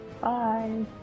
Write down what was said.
Bye